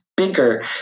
bigger